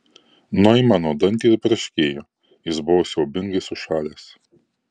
noimano dantys barškėjo jis buvo siaubingai sušalęs